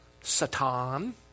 Satan